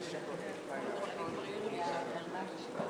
זהבה גלאון.